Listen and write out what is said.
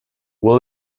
will